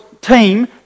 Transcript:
team